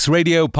Radio